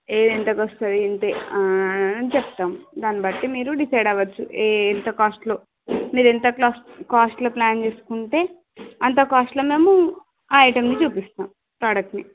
ఎంతకొస్తుంది ఏంటి చెప్తాం దాన్ని బట్టి మీరు డిసైడ్ అవ్వచ్చు ఎంత కాస్టులో మీరెంత కాస్టులో ప్ల్యాన్ చేసుకుంటే అంత కాస్టులో మేము ఐటెంని చూపిస్తాం ప్రోడక్ట్ని